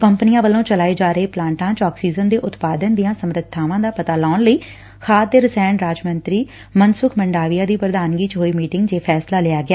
ਕੰਪਨੀਆਂ ਵੱਲੋਂ ਚਲਾਏ ਜਾ ਰਹੇ ਪਲਾਟਾਂ ਚ ਆਕਸੀਜਨ ਦੇ ਉਤਪਾਦਨ ਦੀਆਂ ਸਮਰਬਾਵਾਂ ਦਾ ਪਤਾ ਲਗਾਉਣ ਲਈ ਖਾਦ ਤੇ ਰਸਾਇਣ ਰਾਜ ਮੰਤਰੀ ਮਨਸੁਖ ਮੰਡਾਵੀਆ ਦੀ ਪੁਧਾਨਗੀ ਚ ਹੋਈ ਮੀਟਿੰਗ ਚ ਇਹ ਫੈਸਲਾ ਲਿਆ ਗਿਆ